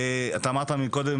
אמרת מקודם